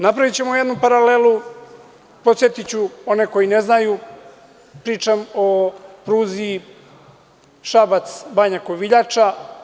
Napravićemo jednu paralelu, podsetiću one koji ne znaju, pričam o pruzi Šabac-Banja Koviljača.